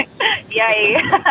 Yay